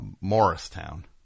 Morristown